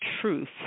truth